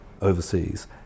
overseas